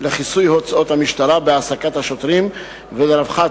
לכיסוי הוצאות המשטרה בהעסקת השוטרים ולרווחת